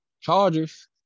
Chargers